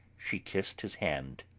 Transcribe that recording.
she kissed his hand.